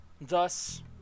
thus